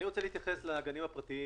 רוצה להתייחס לגנים הפרטיים.